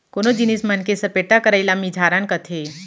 कोनो जिनिस मन के सरपेट्टा करई ल मिझारन कथें